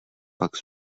pak